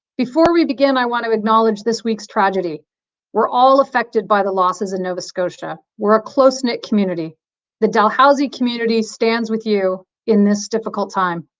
before we begin i want to acknowledge this week's tragedy we're all affected by the losses in nova scotia we're a close-knit community the dalhousie community stands with you in this difficult time.